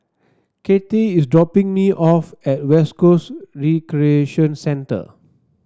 Kittie is dropping me off at West Coast Recreation Centre